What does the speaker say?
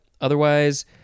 Otherwise